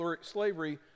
slavery